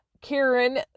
Karen